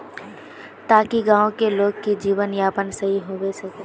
ताकि गाँव की लोग के जीवन यापन सही होबे सके?